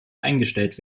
eingestellt